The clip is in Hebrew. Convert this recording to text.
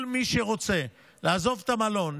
כל מי שרוצה לעזוב את המלון,